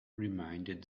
reminded